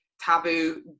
taboo